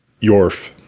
Yorf